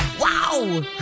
Wow